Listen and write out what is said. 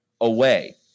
away